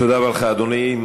תודה רבה לך, אדוני.